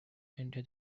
enter